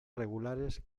regulares